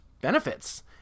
benefits